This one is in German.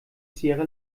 sierra